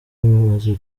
amaze